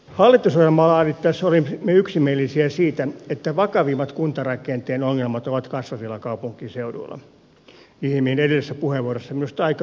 hallitusohjelmaa laadittaessa olimme yksimielisiä siitä että vakavimmat kuntarakenteen ongelmat ovat kasvavilla kaupunkiseuduilla mihin edellisessä puheenvuorossa minusta aika hyvin viitattiin